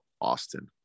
Austin